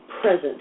present